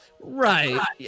Right